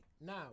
Now